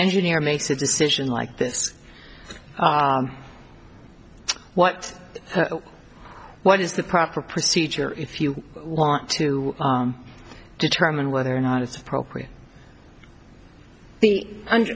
engineer makes a decision like this what what is the proper procedure if you want to determine whether or not it's appropriate under